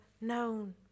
known